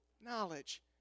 knowledge